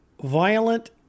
violent